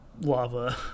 lava